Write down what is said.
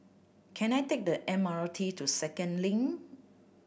can I take the M R T to Second Link